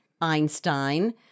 Einstein